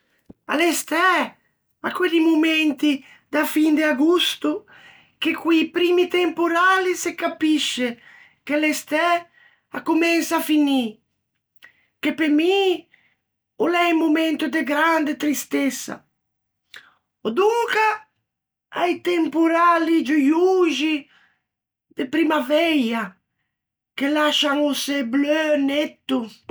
À l'estæ, à quelli momenti da fin de agosto, che co-i primmi temporali se capisce che l'estæ a comensa à finî, che pe mi o l'é un momento de grande tristessa, ò donca a-i temporali gioioxi de primmaveia, che lascian o çê bleu netto.